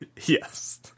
Yes